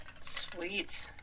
Sweet